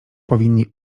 powinni